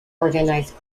organized